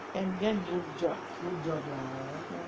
can get good job